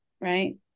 right